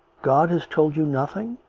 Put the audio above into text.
god has told you nothing